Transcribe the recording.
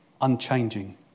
unchanging